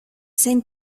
same